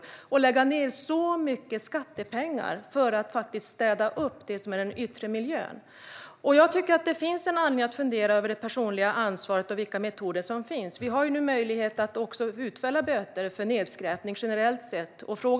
Man får lägga ned väldigt mycket skattepengar på att städa upp i den yttre miljön. Det finns anledning att fundera över det personliga ansvaret och vilka metoder som finns. Vi har ju nu möjlighet att utfärda böter för nedskräpning generellt sett.